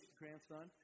grandson